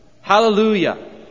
Hallelujah